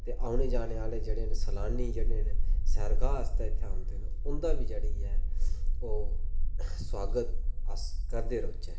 ते औने जाने आह्ले जेह्ड़े न सैलानी जेह्ड़े न सैरगाह आस्तै इत्थें औंदे न उं'दा बी जेह्ड़ी ऐ ओह् सोआगत अस करदे रौहचै